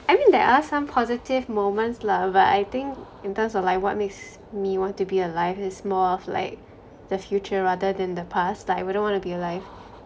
I mean there are some positive moments lah but I think in terms of like what makes me want to be alive it's more of like the future rather than the past like I wouldn't want to be alive